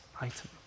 item